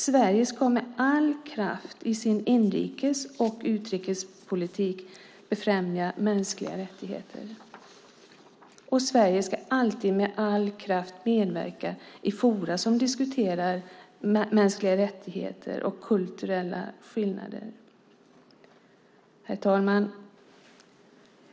Sverige ska med all kraft i sin inrikes och utrikespolitik främja mänskliga rättigheter. Sverige ska alltid med all kraft medverka i forum som diskuterar mänskliga rättigheter och kulturella skillnader. Herr talman!